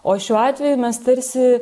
o šiuo atveju mes tarsi